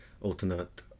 alternate